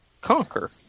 Conquer